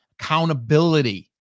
Accountability